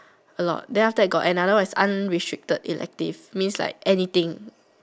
a lot then after that got another one is unrestricted elective means like anything